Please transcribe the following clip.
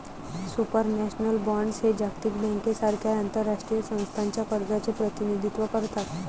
supranational bonds हे जागतिक बँकेसारख्या आंतरराष्ट्रीय संस्थांच्या कर्जाचे प्रतिनिधित्व करतात